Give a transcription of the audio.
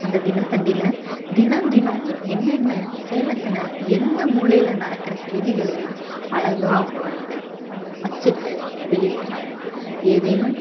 அந்த தினத்தந்தியில் தினம் தினம் என்னென்ன சேலத்தில் எந்த மூலையில் நடக்கிற செய்திகளையும் அழகாக அவங்க வந்துட்டு அச்சிட்டு வெளியிடுறாங்க ஏதேனும்